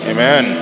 Amen